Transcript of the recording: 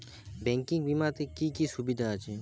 Banking বিমাতে কি কি সুবিধা আছে?